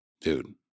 Dude